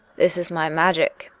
this is my magic,